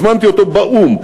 הזמנתי אותו באו"ם,